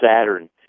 Saturn